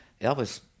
Elvis